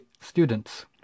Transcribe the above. students